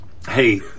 Hey